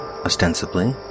Ostensibly